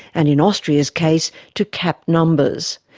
and in austria's case, to cap numbers.